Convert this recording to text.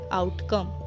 outcome